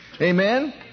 Amen